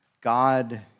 God